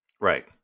right